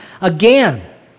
Again